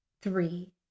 Three